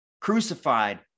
crucified